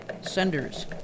senders